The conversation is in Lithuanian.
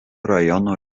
rajono